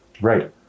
Right